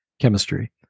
chemistry